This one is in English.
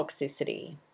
toxicity